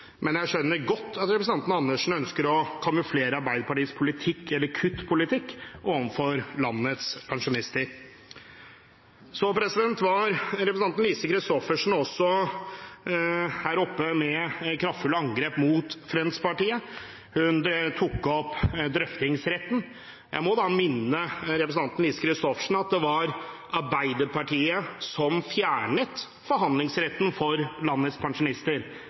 men jeg skjønner godt at representanten Andersen ønsker å kamuflere Arbeiderpartiets politikk, eller kuttpolitikk, overfor landets pensjonister. Så var representanten Lise Christoffersen også her oppe med kraftfulle angrep mot Fremskrittspartiet. Hun tok opp drøftingsretten. Jeg må da minne representanten Lise Christoffersen på at det var Arbeiderpartiet som fjernet forhandlingsretten for landets pensjonister.